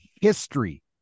history